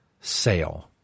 sale